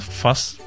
first